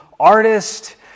artist